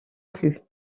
plus